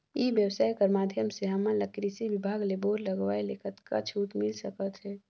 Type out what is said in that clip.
ई व्यवसाय कर माध्यम से हमन ला कृषि विभाग ले बोर लगवाए ले कतका छूट मिल सकत हे?